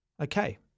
Okay